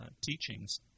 teachings